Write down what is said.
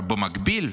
במקביל,